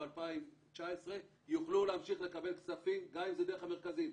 2019 יוכלו להמשיך לקבל כספים גם אם זה דרך המרכזים?